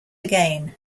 again